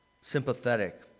sympathetic